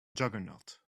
juggernaut